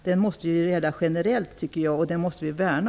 Den måste gälla generellt, och den måste vi värna.